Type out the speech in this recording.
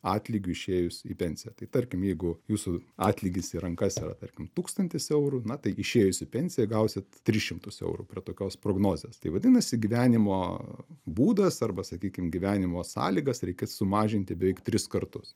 atlygiu išėjus į pensiją tai tarkim jeigu jūsų atlygis į rankas yra tarkim tūkstantis eurų na tai išėjus į pensiją gausit tris šimtus eurų prie tokios prognozės tai vadinasi gyvenimo būdas arba sakykim gyvenimo sąlygas reikia sumažinti beveik tris kartus